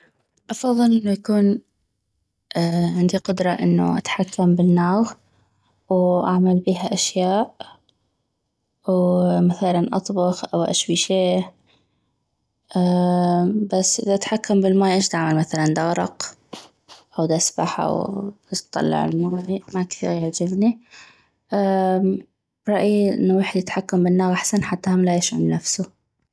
افضل انو يكون عندي قدرة انو اتحكم بالناغ واعمل بيها اشياء ومثلا اطبخ او اشوي شي بس اذا اتحكم بالماي اش دعمل مثلا دغرق او داسبح او داطلع الماي ما كثيغ يعجبني برايي انو الويحد يتحكم بالناغ احسن حتى هم لا يشعل نفسو